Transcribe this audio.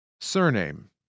Surname